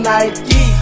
Nike